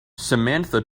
samantha